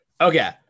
Okay